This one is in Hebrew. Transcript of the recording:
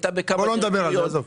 בוא לא נדבר על זה, עזוב.